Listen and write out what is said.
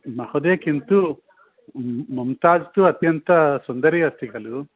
महोदय किन्तु मम्ता तु अत्यन्तसुन्दरी अस्ति खलु